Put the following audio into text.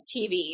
TV